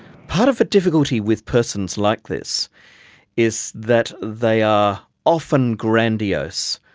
part of the difficulty with persons like this is that they are often grandiose.